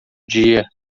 dia